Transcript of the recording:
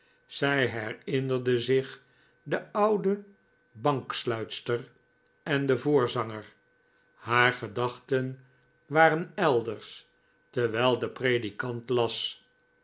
zij herinnerde zich dc oude banksluitster en den voorzanger haar gedachten waren elders terwijl de predikant las